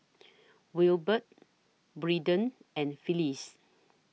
Wilbert Braeden and Phylis